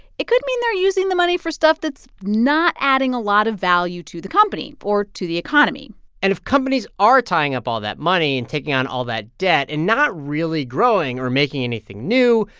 it could mean they're using the money for stuff that's not adding a lot of value to the company or to the economy and if companies are tying up all that money and taking on all that debt and not really growing or making anything new,